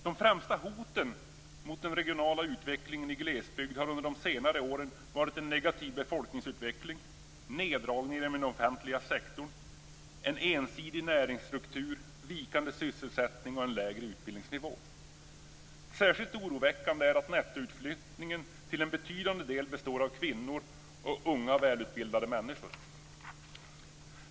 De främsta hoten mot den regionala utvecklingen i glesbygd har under senare år varit en negativ befolkningsutveckling, neddragningar inom den offentliga sektorn, en ensidig näringsstruktur, vikande sysselsättning och en lägre utbildningsnivå. Särskilt oroväckande är att nettoutflyttningen till en betydande del består av kvinnor och unga välutbildade människor.